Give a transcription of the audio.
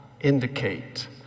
indicate